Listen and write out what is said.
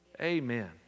Amen